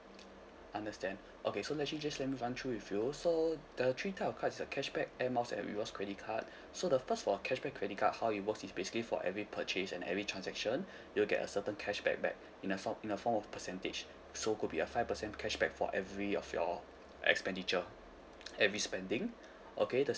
understand okay so actually just let me run through with you know so the three type of card is uh cashback air miles and rewards credit card so the first for our cashback credit card how it works is basically for every purchase and every transaction you'll get a certain cashback back in a form in a form of percentage so could be a five percent cashback for every of your expenditure every spending okay the